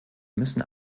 müssen